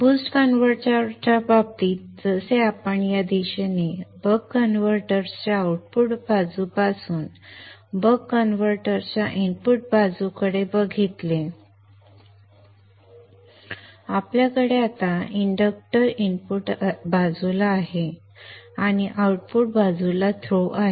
boost converter च्या बाबतीत जसे आपण या दिशेने बक कन्व्हर्टर्स च्या आउटपुट बाजूपासून बक कन्व्हर्टरच्या इनपुट बाजूकडे पाहत आहोत आपल्याकडे आता इंडक्टर इनपुट बाजूला आहे आणि आउटपुट बाजूला थ्रो आहे